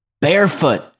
barefoot